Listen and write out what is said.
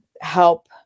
help